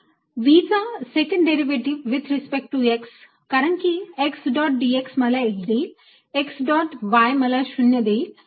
V चा second derivative with respect to x कारण की x डॉट dx मला 1 देईल x डॉट y मला 0 देईल